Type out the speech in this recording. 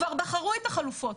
כבר בחרו את החלופות.